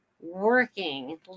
working